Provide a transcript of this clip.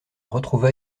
retrouva